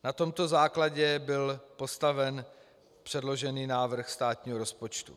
Na tomto základě byl postaven předložený návrh státního rozpočtu.